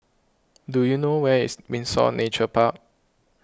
do you know where is Windsor Nature Park